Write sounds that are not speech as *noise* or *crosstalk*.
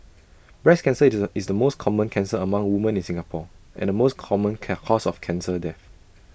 breast cancer *unintelligible* is the most common cancer among women in Singapore and the most common can cause of cancer death